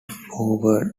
favored